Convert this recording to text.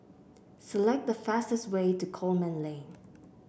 select the fastest way to Coleman Lane